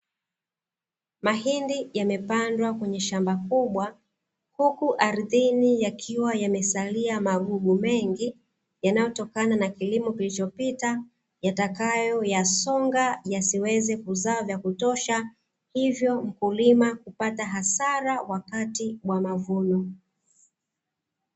Mahindi yamepandwa kwenye shamba kubwa, huku ardhini yakiwa yamesalia magugu mengi yanayotokana na kilimo kilichopita, yatakayoyasonga yasiweze kuzaa vyakutosha, hivyo mkulima kupata hasara wakati wa mavuno.